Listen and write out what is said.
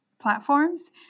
platforms